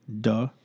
duh